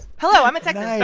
hello, i'm a texan. and